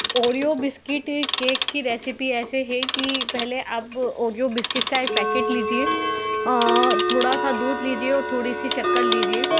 Oreo biscuit cake की recipe ऐसे है कि पहले आप ओरियो बिस्किट का एक पैकेट लीजिए और थोड़ा सा दूध लीजिए और थोड़ी सी शक्कर लीजिए